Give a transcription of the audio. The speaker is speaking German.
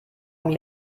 mir